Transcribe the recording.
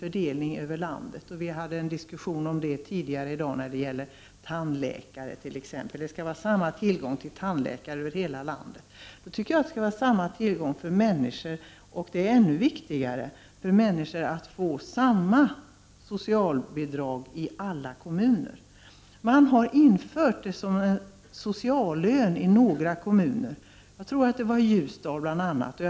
Tidigare i dag hade vi en diskussion om detta när det gällde tandläkare. Tillgången på tandläkare skall vara lika över hela landet. Jag tycker då att det skall vara samma tillgång på socialbidrag för människorna, och det är ännu viktigare för människor att få samma socialbidrag i alla kommuner. I några kommuner har man infört en s.k. sociallön, bl.a. i Ljusdal.